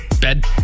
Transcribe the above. bed